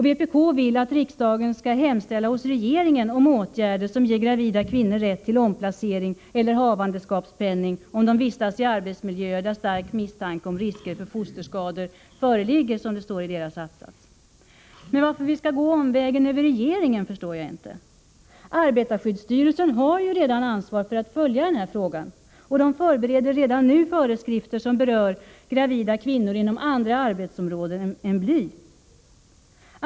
Vpk vill att riksdagen skall hemställa hos regeringen om åtgärder som ger gravida kvinnor rätt till omplacering eller havandeskaps penning om de vistas i arbetsmiljöer där stark misstanke om risker för fosterskador föreligger — som det står i vpk-reservationens att-sats. Men varför vi skall gå omvägen via regeringen förstår jag inte. Arbetarskyddsstyrelsen har ju redan ansvar för att följa den här frågan och förbereder redan nu föreskrifter som berör gravida kvinnor som arbetar inom andra arbetsområden än sådana där de kommer i kontakt med bly.